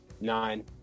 Nine